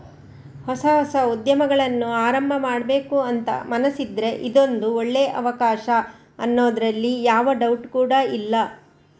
ಹೊಸ ಹೊಸ ಉದ್ಯಮಗಳನ್ನ ಆರಂಭ ಮಾಡ್ಬೇಕು ಅಂತ ಮನಸಿದ್ರೆ ಇದೊಂದು ಒಳ್ಳೇ ಅವಕಾಶ ಅನ್ನೋದ್ರಲ್ಲಿ ಯಾವ ಡೌಟ್ ಕೂಡಾ ಇಲ್ಲ